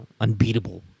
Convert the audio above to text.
unbeatable